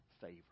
favor